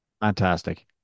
Fantastic